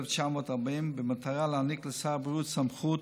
1940, במטרה להעניק לשר הבריאות סמכות